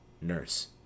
Nurse